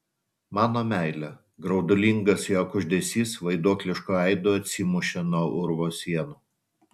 mano meile graudulingas jo kuždesys vaiduoklišku aidu atsimušė nuo urvo sienų